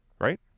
right